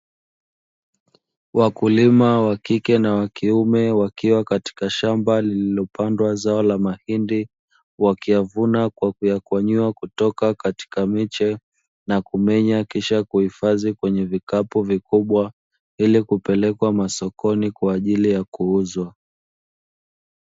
Wakulima wakike na wakiume wakiwa katika shamba lililopandwa, zao la mahindi wakiyavuna na kukwanyua, kutoka katika miche na kumenya, kisha kuhifadhi kwenye vikapu vikubwa ili kupelekwa masokoni kwa ajili ya kuuzwa.